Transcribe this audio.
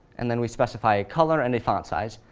and then we specify a color and a font size.